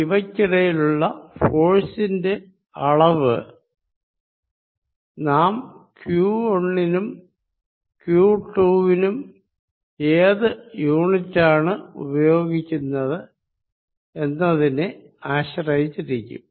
ഇവയ്ക്കിടയിലുള്ള ഫോഴ്സിന്റെ അളവ് നാം q1 നും q2 വിനും ഏത് യൂണിറ്റാണ് ഉപയോഗിയ്ക്കുന്നത് എന്നതിനെ ആശ്രയിച്ചിരിക്കും